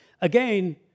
Again